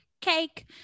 cake